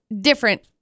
different